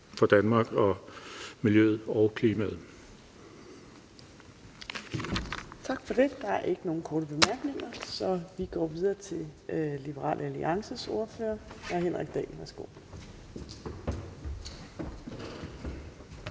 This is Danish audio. næstformand (Trine Torp): Tak for det. Der er ikke nogen korte bemærkninger, så vi går videre til Liberal Alliances ordfører, hr. Henrik Dahl. Værsgo.